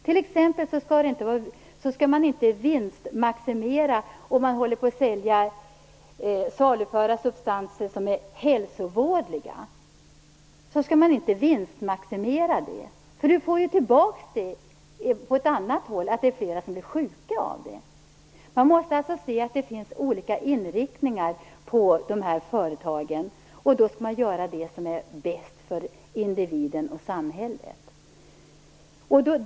T.ex. skall man inte vinstmaximera om man saluför substanser som är hälsovådliga. Vi får ju tillbaka det på annat håll när människor blir sjuka. Man måste alltså se till att dessa företag har olika inriktningar, och göra det som är bäst för individen och samhället.